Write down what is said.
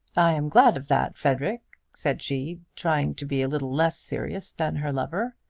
i am glad of that, frederic, said she, trying to be a little less serious than her lover.